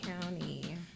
County